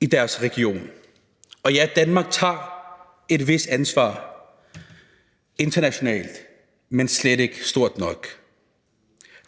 i deres region. Og ja, Danmark tager et vist ansvar internationalt, men slet ikke stort nok.